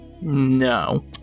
No